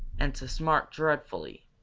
and to smart dreadfully.